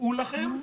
דעו לכם,